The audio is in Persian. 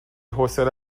حوصله